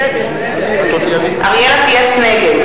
נגד